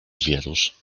wierusz